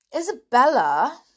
Isabella